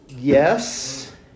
Yes